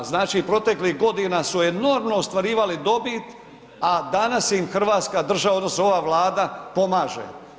Znači, proteklih godina su enormno ostvarivali dobit, a danas im hrvatska država odnosno ova Vlada pomaže.